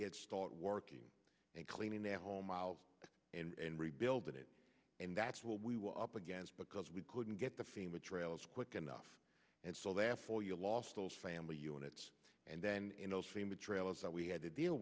get start working and cleaning their home out and rebuilding it and that's what we were up against because we couldn't get the famous rails quick enough and so therefore you lost those family units and then you know same with trailers that we had to deal